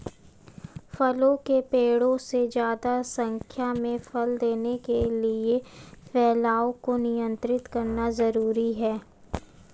फलों के पेड़ों से ज्यादा संख्या में फल लेने के लिए उनके फैलाव को नयन्त्रित करना जरुरी है